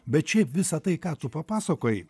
bet šiaip visa tai ką tu papasakojai